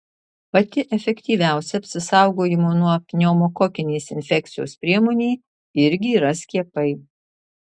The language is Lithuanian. pati efektyviausia apsisaugojimo nuo pneumokokinės infekcijos priemonė irgi yra skiepai